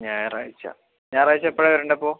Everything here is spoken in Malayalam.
ഞായറാഴ്ച ഞായറാഴ്ച എപ്പോഴാണ് വരേണ്ടത് അപ്പോൾ